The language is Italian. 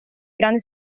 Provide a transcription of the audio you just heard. grande